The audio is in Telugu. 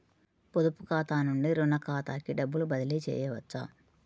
పొదుపు ఖాతా నుండీ, రుణ ఖాతాకి డబ్బు బదిలీ చేయవచ్చా?